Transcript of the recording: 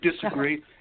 disagree